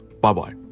Bye-bye